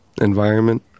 environment